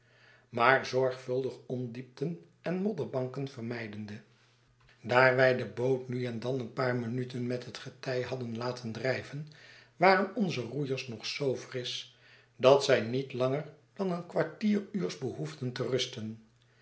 maar zorgvuldig ondiepten en modderbanken vermijdende daar wij de boot nu en dan een paar minuten met het getij hadden laten drijven waren onze roeiers nog zoo frisch dat zij niet langer dan een kwartier uurs behoefden te rusten